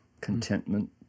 Contentment